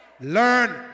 learn